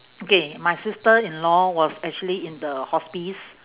okay my sister-in-law was actually in the hospice